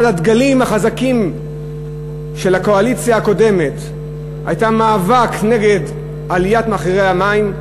אחד הדגלים החזקים של הקואליציה הקודמת היה מאבק נגד עליית מחירי המים,